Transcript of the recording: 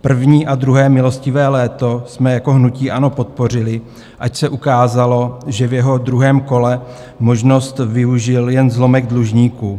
První a druhé milostivé léto jsme jako hnutí ANO podpořili, ač se ukázalo, že v jeho druhém kole tuto možnost využil jen zlomek dlužníků.